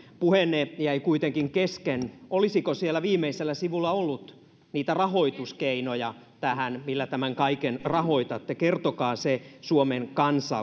puheenne jäi kuitenkin kesken olisiko siellä viimeisellä sivulla ollut niitä rahoituskeinoja tähän millä tämän kaiken rahoitatte kertokaa se suomen kansalle